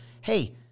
hey